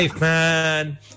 man